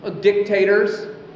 Dictators